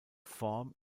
form